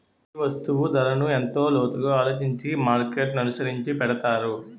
ప్రతి వస్తువు ధరను ఎంతో లోతుగా ఆలోచించి మార్కెట్ననుసరించి పెడతారు